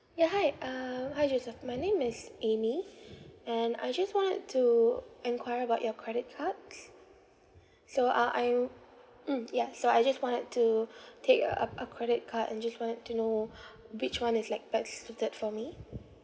ya hi um hi joseph my name is amy and I just wanted to enquire about your credit cards so uh I'm mm ya so I just wanted to take uh up a credit card and just wanted to know which one is like best suited for me